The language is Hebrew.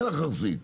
בגלל החרסית.